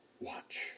watch